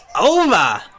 over